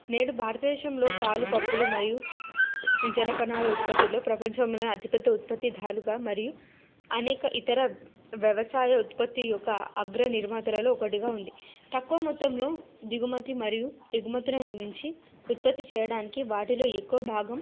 నేడు భారతదేశంలో పాలు పప్పులు మరియు జనుపనార ఉత్పత్తులు ప్రపంచంలోనే అతిపెద్ద ఉత్పత్తి ధాలుగా మరియు అనేక ఇతర వ్యవసాయ ఉత్పత్తి యొక్క అగ్ర నిర్మాతలలో ఒకటిగా ఉంది తక్కువ మొత్తంలో దిగుమతి మరియు ఎగుమతులను మించి ఉత్పత్తి చేయడానికి వాటిలో ఎక్కువ భాగం